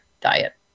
diet